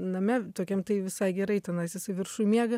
name tokiam tai visai gerai tenais viršuj miega